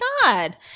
God